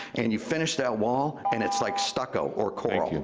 and you finish that wall, and it's like stucco or coral.